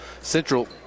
Central